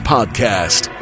Podcast